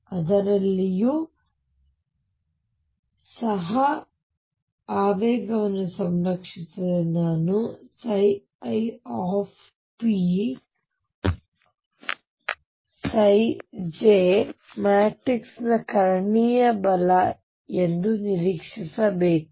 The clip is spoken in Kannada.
ಆದ್ದರಿಂದ ಇಲ್ಲಿಯೂ ಸಹ ಆವೇಗವನ್ನು ಸಂರಕ್ಷಿಸಿದರೆ ನಾನು ⟨ipj⟩ ಮ್ಯಾಟ್ರಿಕ್ಸ್ ಕರ್ಣೀಯ ಬಲ ಎಂದು ನಿರೀಕ್ಷಿಸಬೇಕು